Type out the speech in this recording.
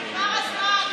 אתה מדבר איתי, נגמר הזמן.